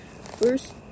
First